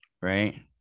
Right